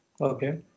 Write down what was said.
Okay